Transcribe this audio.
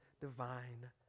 divine